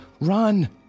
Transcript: Run